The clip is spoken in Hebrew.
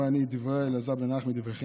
רואה אני את דברי אלעזר בן ערך מדבריכם,